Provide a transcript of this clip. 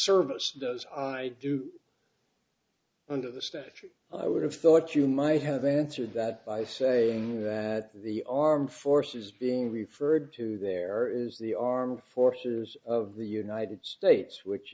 service does i do under the statute i would have thought you might have answered that by saying that the armed forces being referred to there is the armed forces of the united states which